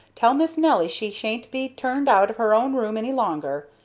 tell miss nelly she sha'n't be turned out of her own room any longer,